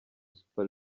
super